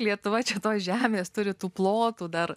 lietuva čia tos žemės turi tų plotų dar